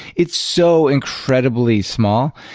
it's so incredibly small,